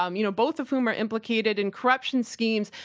um you know both of whom are implicated in corruption schemes.